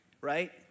Right